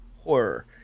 horror